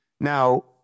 Now